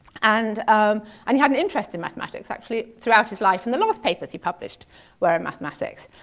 and and he had an interest in mathematics, actually throughout his life. and the last papers he published were in mathematics.